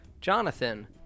Jonathan